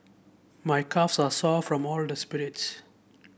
my calves are sore from all the sprints